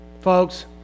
Folks